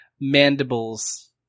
mandibles